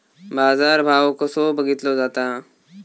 बाजार भाव कसो बघीतलो जाता?